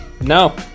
no